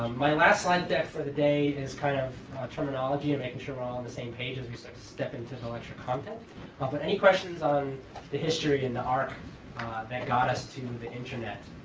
my last slide deck for the day is kind of terminology and making sure we're all on the same page as we step step into the lecture content. but any questions on the history and the arch that got us to the internet?